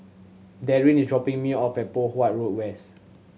Darryn is dropping me off at Poh Huat Road West